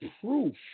proof